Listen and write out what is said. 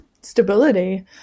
stability